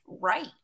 right